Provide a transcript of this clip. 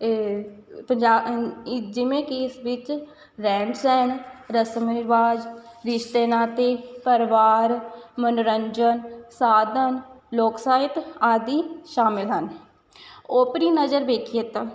ਪੰਜਾ ਅ ਇ ਜਿਵੇਂ ਕਿ ਇਸ ਵਿੱਚ ਰਹਿਣ ਸਹਿਣ ਰਸਮ ਰਿਵਾਜ਼ ਰਿਸ਼ਤੇ ਨਾਤੇ ਪਰਿਵਾਰ ਮੰਨੋਰੰਜਨ ਸਾਧਨ ਲੋਕ ਸਾਹਿਤ ਆਦਿ ਸ਼ਾਮਿਲ ਹਨ ਓਪਰੀ ਨਜ਼ਰ ਵੇਖੀਏ ਤਾਂ